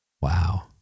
Wow